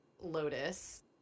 lotus